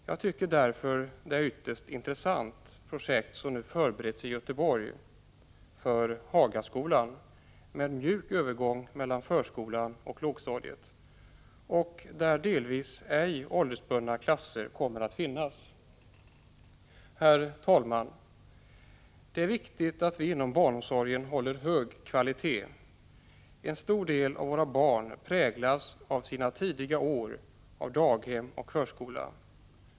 Jag tycker därför att det är ett ytterst intressant projekt som nu förbereds för Hagaskolan i Göteborg med mjuk övergång mellan förskola och lågstadium och delvis ej åldersbundna klasser. Herr talman! Det är viktigt att vi håller en hög kvalitet inom barnomsorgen. En stor del av våra barn präglas i sina tidiga år av daghem och förskola.